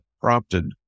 prompted